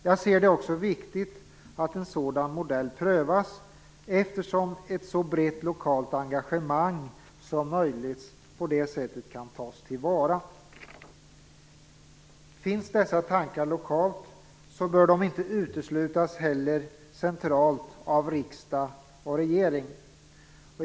Jag ser det också som viktigt att en sådan modell prövas, eftersom ett så brett lokalt engagemang som möjligt på det sättet kan tas till vara. Finns dessa tankar lokalt bör de heller inte uteslutas centralt av riksdag och regering.